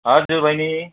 हजुर बहिनी